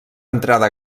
entrada